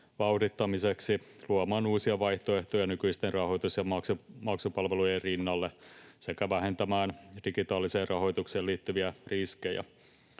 vauhdittamiseksi, luomaan uusia vaihtoehtoja nykyisten rahoitus- ja maksupalvelujen rinnalle sekä vähentämään digitaaliseen rahoitukseen liittyviä riskejä.